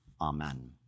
amen